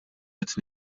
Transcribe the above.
qed